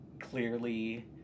Clearly